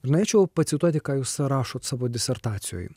norėčiau pacituoti ką jūs rašot savo disertacijoj